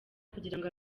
kugirango